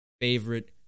favorite